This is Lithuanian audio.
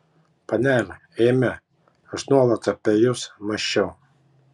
panele eime aš nuolat apie jus mąsčiau